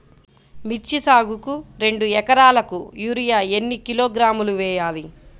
మిర్చి సాగుకు రెండు ఏకరాలకు యూరియా ఏన్ని కిలోగ్రాములు వేయాలి?